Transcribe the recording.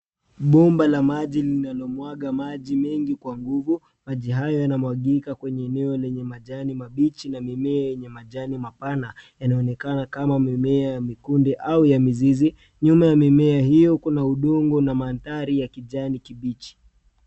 Bomba la maji linalomwaga maji mengi kwa nguvu. Maji haya yanamwagika kwenye eneo lenye majani mabichi na mimea yenye majani mapana yanaonekana kama mimea ya mikunde au ya mizizi. Nyuma ya mimea hiyo kuna udongo na mandhari ya kijani kibichi.